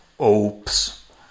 Oops